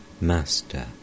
Master